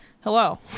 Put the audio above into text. hello